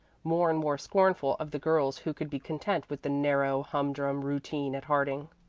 more and more scornful of the girls who could be content with the narrow, humdrum routine at harding.